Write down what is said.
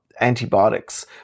antibiotics